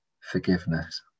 forgiveness